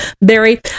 barry